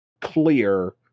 clear